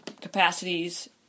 capacities